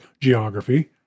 geography